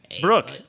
Brooke